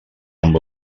amb